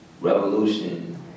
revolution